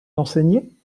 d’enseigner